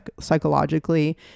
psychologically